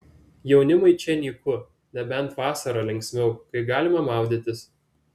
jaunimui čia nyku nebent vasarą linksmiau kai galima maudytis